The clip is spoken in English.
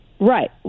Right